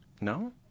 No